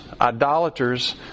idolaters